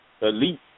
elite